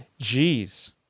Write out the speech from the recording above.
jeez